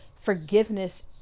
forgiveness